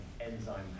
enzyme